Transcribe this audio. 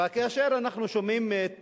וכאשר אנחנו שומעים את